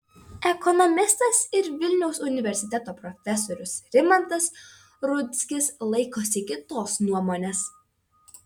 ekonomistas ir vilniaus universiteto profesorius rimantas rudzkis laikosi kitos nuomonės